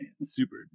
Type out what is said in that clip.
super